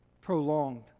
prolonged